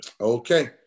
okay